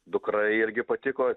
dukra irgi patiko